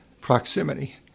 proximity